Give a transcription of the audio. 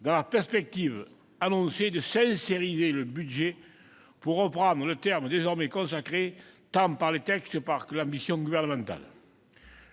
dans la perspective annoncée de « sincériser » le budget, pour reprendre le terme désormais consacré tant par les textes que par l'ambition gouvernementale.